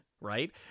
right